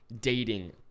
dating